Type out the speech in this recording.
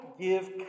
give